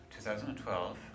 2012